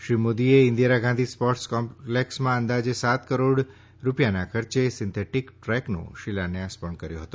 શ્રી મોદીએ ઇન્દિરા ગાંધી સ્પોર્ટસ કોમ્પ્લેક્સમાં અંદાજે સાત કરોડ રૂપિયાના ખર્ચે સિન્થેટીક ટ્રેકનો શિલાન્યાસ કર્યો હતો